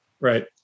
Right